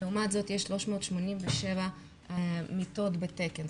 לעומת זאת יש 387 מיטות בתקן.